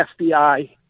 FBI